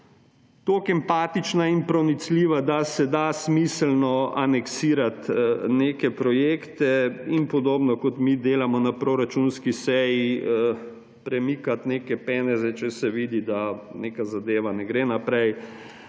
tako empatična in pronicljiva, da se da smiselno aneksirati neke projekte in podobno, kot mi delamo na proračunski seji, premikati neke peneze, če se vidi, da neka zadeve ne gre naprej,